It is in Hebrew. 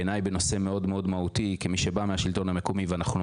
בעיניי בנושא מאוד מאוד מהותי כמי שבא מהשלטון המקומי ואנחנו לא